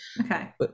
okay